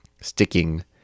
sticking